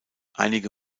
einige